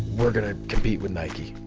we're going to compete with nike.